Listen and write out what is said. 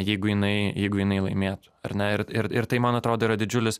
jeigu jinai jeigu jinai laimėtų ar ne ir ir ir tai man atrodo yra didžiulis